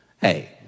hey